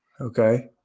Okay